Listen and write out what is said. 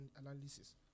analysis